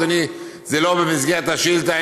אדוני: זה לא במסגרת השאילתה,